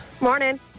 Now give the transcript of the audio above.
Morning